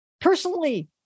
personally